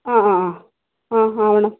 ആ ആ ആ ആ ആവണം